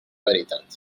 veritat